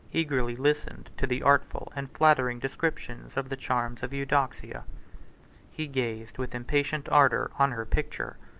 eagerly listened to the artful and flattering descriptions of the charms of eudoxia he gazed with impatient ardor on her picture,